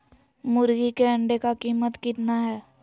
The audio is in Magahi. मुर्गी के अंडे का कीमत कितना है?